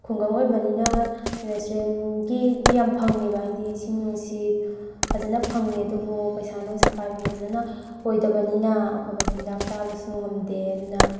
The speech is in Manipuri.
ꯈꯨꯡꯒꯪ ꯑꯣꯏꯕꯅꯤꯅ ꯅꯦꯆꯔꯦꯜꯒꯤꯗꯤ ꯌꯥꯝ ꯐꯪꯉꯦꯕ ꯍꯥꯏꯗꯤ ꯏꯁꯤꯡ ꯅꯨꯡꯁꯤꯠ ꯐꯖꯅ ꯐꯪꯉꯦ ꯑꯗꯨꯕꯨ ꯄꯩꯁꯥ ꯅꯨꯡꯁꯥ ꯄꯥꯏꯕ ꯐꯖꯅ ꯑꯣꯏꯗꯕꯅꯤꯅ ꯑꯐꯕ ꯆꯤꯟꯖꯥꯛ ꯆꯥꯕꯁꯨ ꯉꯝꯗꯦ ꯑꯗꯨꯅ